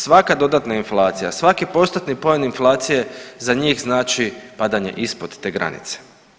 Svaka dodatna inflacija, svaki postotni poen inflacije za njih znači padanje ispod te granice.